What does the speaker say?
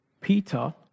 Peter